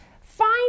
find